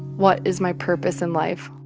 what is my purpose in life?